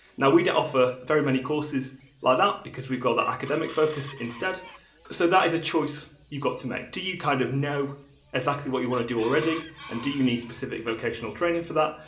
now we don't offer very many courses like that because we've got that academic focus instead so that is a choice you've got to make do you kind of know exactly what you want to do already and do you need specific vocational training for that,